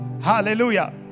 Hallelujah